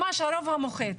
ממש הרוב המוחץ.